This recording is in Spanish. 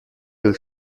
del